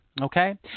Okay